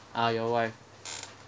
ah your wife